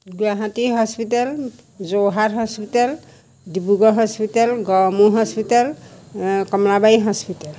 Guwahati hospital Jorhat hospital Dibrugarh hospital Garmur hospital Kamalabari hospital